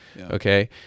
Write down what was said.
Okay